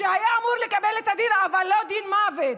היה אמור לקבל את הדין, אבל לא דין מוות.